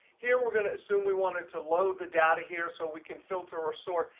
here we're going to assume we wanted to load the data here so we can filter or sort,